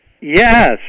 Yes